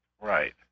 Right